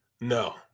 No